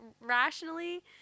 rationally